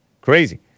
Crazy